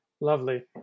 lovely